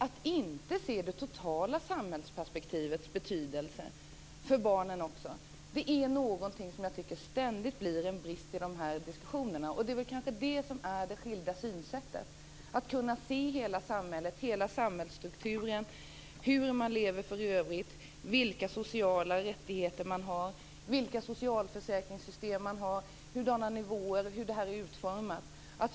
Att man inte ser det totala samhällsperspektivets betydelse också för barnen tycker jag ständigt blir en brist i de här diskussionerna. Och det är kanske det som är det skilda synsättet: att kunna se hela samhället, hela samhällsstrukturen, hur man lever för övrigt, vilka sociala rättigheter man har, vilka socialförsäkringssystem man har, hurdana nivåer man har och hur detta är utformat.